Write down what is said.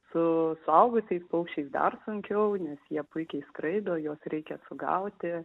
su suaugusiais paukščiai dar sunkiau nes jie puikiai skraido juos reikia sugauti